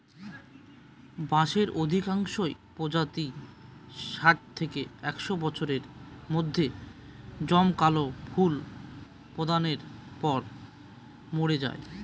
বাঁশের অধিকাংশ প্রজাতিই ষাট থেকে একশ বছরের মধ্যে জমকালো ফুল প্রদানের পর মরে যায়